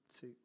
two